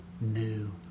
new